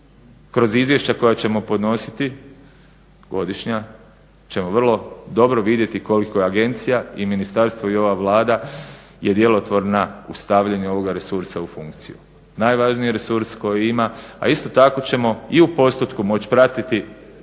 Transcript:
kroz izvješća koja ćemo podnositi godišnja ćemo vrlo dobro vidjeti koliko je agencija i ministarstvo i ova Vlada je djelotvorna u stavljanju ovoga resursa u funkciju, najvažniji resurs koji ima. A isto tako ćemo i u postotku moći pratiti